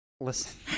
Listen